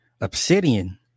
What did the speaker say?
Obsidian